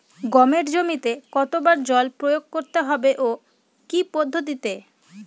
গমের জমিতে কতো বার জল প্রয়োগ করতে হবে ও কি পদ্ধতিতে?